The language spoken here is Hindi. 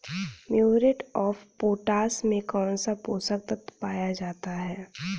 म्यूरेट ऑफ पोटाश में कौन सा पोषक तत्व पाया जाता है?